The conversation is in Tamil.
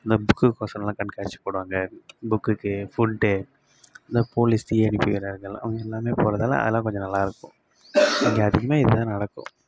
அந்த புக்குக்கு ஒசரோலாம் கண்காட்சி போடுவாங்க புக்குக்கு ஃபுட்டு இந்த போலீஸ் தீ அணைப்பு வீரர்கள்லாம் அவங்க எல்லாம் போகிறதால அதலாம் கொஞ்சம் நல்லா இருக்கும் இங்கே அதிகமாக இது தான் நடக்கும்